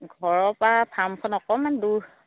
ঘৰৰ পৰা ফাৰ্মখন অকণমান দূৰ